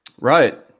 right